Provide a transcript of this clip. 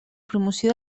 promoció